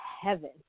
heaven